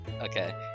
okay